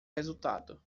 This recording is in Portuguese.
resultado